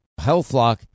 HealthLock